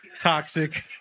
toxic